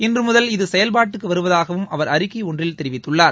இன்று முதல் இது செயல்பாட்டுக்கு வருவதாகவும் அவர் அறிக்கை ஒன்றில் தெரிவித்துள்ளார்